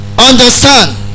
understand